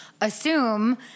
assume